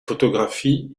photographies